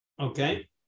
Okay